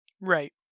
Right